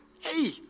Hey